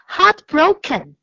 Heartbroken